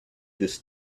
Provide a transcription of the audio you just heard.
this